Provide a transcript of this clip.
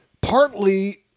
partly